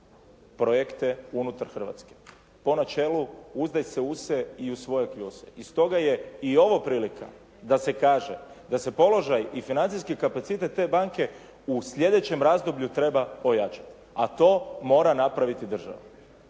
projekte unutar Hrvatske po načelu: «Uzdaj se u se i u svoje kljuse.» I stoga je i ovo prilika da se kaže da se položaj i financijski kapacitet te banke u sljedećem razdoblju treba pojačati, a to mora napraviti država.